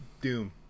doom